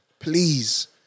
Please